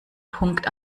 punkt